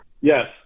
Yes